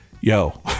yo